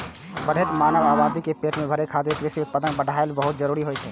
बढ़ैत मानव आबादी के पेट भरै खातिर कृषि उत्पादन बढ़ाएब बहुत जरूरी होइ छै